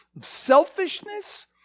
selfishness